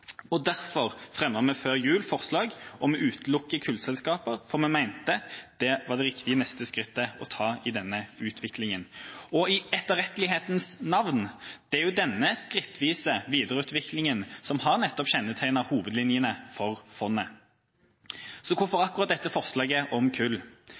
Derfor fremmet vi før jul forslag om å utelukke kullselskaper, for vi mente det var det riktige neste skrittet å ta i denne utviklingen. Og i etterrettelighetens navn: Det er jo denne skrittvise videreutviklingen som nettopp har kjennetegnet hovedlinjene for fondet. Så hvorfor akkurat dette forslaget om kull?